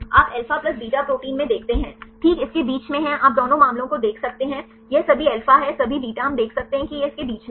आप alpha plus beta protein में देखते हैं ठीक इसके बीच में है आप दोनों मामलों को देख सकते हैं यह सभी अल्फा है सभी बीटा हम देख सकते हैं कि यह इसके बीच में है